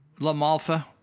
LaMalfa